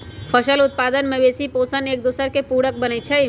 फसल उत्पादन, मवेशि पोशण, एकदोसर के पुरक बनै छइ